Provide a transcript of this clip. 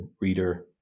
reader